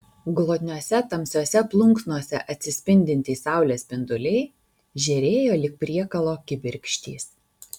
glotniose tamsiose plunksnose atsispindintys saulės spinduliai žėrėjo lyg priekalo kibirkštys